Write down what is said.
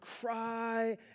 cry